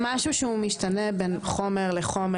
זה משהו שמשתנה בין חומר לחומר.